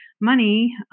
money